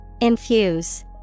Infuse